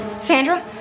Sandra